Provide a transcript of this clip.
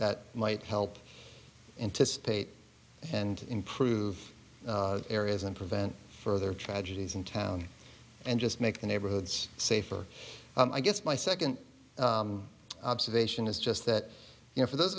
that might help anticipate and improve areas and prevent further tragedies in town and just make the neighborhoods safer i guess my second observation is just that you know for those